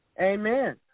Amen